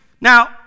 now